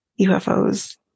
UFOs